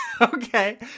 Okay